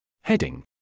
Heading